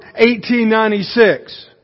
1896